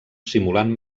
simulant